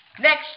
next